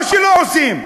או שלא עושים.